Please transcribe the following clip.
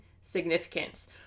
significance